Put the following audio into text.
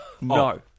no